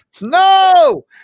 no